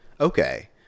okay